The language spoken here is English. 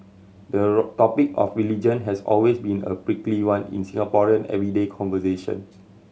the topic of religion has always been a prickly one in Singaporean everyday conversation